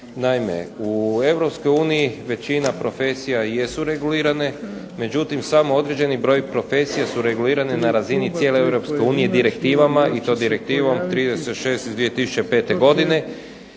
Naime, u EU većina profesija jesu regulirane međutim samo određeni broj profesija su regulirane na razini cijele EU direktivama i to Direktivom 36 iz 2005. godine,